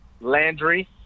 Landry